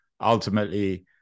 ultimately